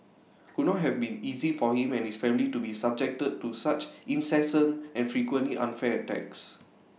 could not have been easy for him and his family to be subjected to such incessant and frequently unfair attacks